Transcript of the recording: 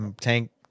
Tank